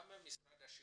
גם משרד השיכון,